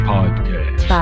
Podcast